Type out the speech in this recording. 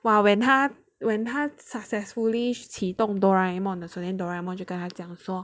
!wah! when 他 when 他 successfully 启动 Doraemon 的时候 then Doraemon 就跟他讲说